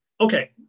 Okay